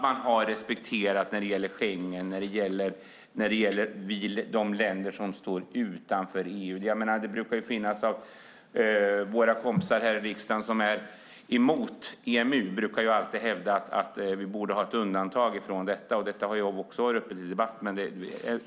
Man har respekterat de länder som valt att stå utanför Schengen och EMU. Våra kompisar i riksdagen som är emot EMU brukar hävda att vi borde ha ett undantag, och det har också varit uppe till debatt.